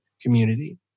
community